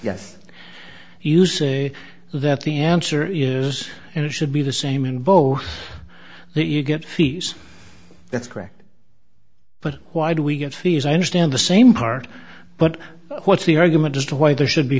yes you say that the answer is and it should be the same in both but you get fees that's correct but why do we get fees i understand the same part but what's the argument as to why there should be